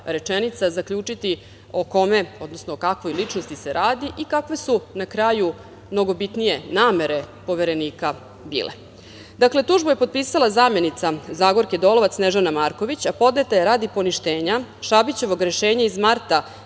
rečenica, zaključiti o kome, odnosno o kakvoj ličnosti se radi i kakve su, na kraju, mnogo bitnije, namere Poverenika bile. Dakle, tužbu je potpisala zamenica Zagorke Dolovac, Snežana Marković, a podneta je radi poništenja Šabićevog rešenja iz marta